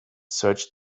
searched